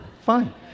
fine